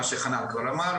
מה שחנן כבר דיבר עליו,